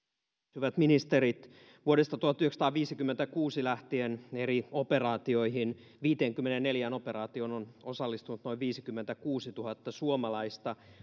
hyvät ministerit vuodesta tuhatyhdeksänsataaviisikymmentäkuusi lähtien eri operaatioihin viiteenkymmeneenneljään operaatioon on osallistunut noin viisikymmentäkuusituhatta suomalaista